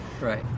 Right